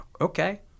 Okay